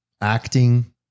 acting